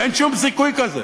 אין שום סיכוי כזה.